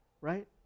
right